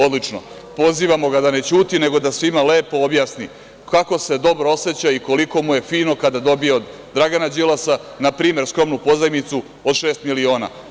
Odlično, pozivamo ga da ne ćuti nego da svima lepo objasni kako se dobro oseća i koliko mu je fino kada dobije od Dragana Đilasa, npr, skromnu pozajmicu od šest miliona?